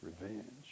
Revenge